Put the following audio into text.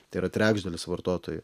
tai yra trečdalis vartotojų